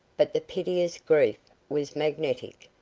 but the piteous grief was magnetic,